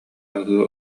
аһыы